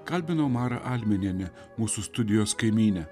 kalbinau marą alminienę mūsų studijos kaimynę